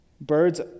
birds